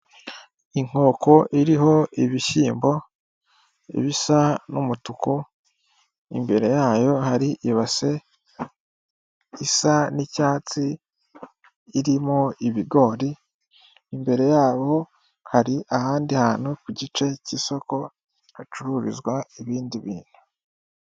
Inkoko iriho ibishyimbo bisa n'umutuku, imbere yayo hari ibase isa n'icyatsi irimo ibigori, imbere yabo hari ahandi hantu ku gice cy'isoko hacururizwa ibindi bintu.